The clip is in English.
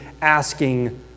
asking